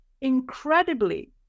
Incredibly